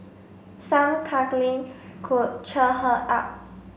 some cuddling could cheer her up